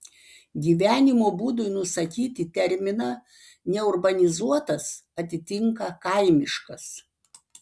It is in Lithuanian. gyvenimo būdui nusakyti terminą neurbanizuotas atitinka kaimiškas